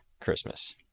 christmas